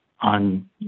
on